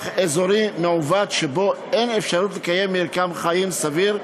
אזורי מעוות שבו אין אפשרות לקיים מרקם חיים סביר,